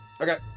Okay